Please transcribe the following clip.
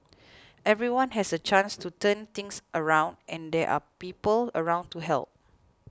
everyone has a chance to turn things around and there are people around to help